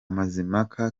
mazimpaka